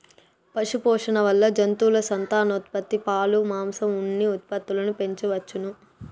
పశుపోషణ వల్ల జంతువుల సంతానోత్పత్తి, పాలు, మాంసం, ఉన్ని ఉత్పత్తులను పెంచవచ్చును